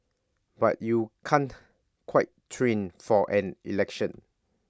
but you can't quite train for an election